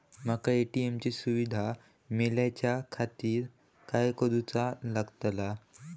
माका ए.टी.एम ची सुविधा मेलाच्याखातिर काय करूचा लागतला?